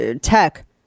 tech